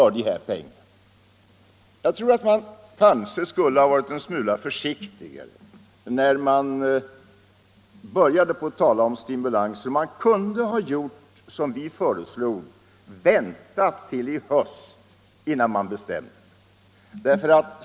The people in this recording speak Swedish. Man skulle kanske ha varit en smula försiktig med att börja tala om stimulanser. Man kunde ha gjort som vi föreslog, nämligen väntat till i höst innan man bestämde sig.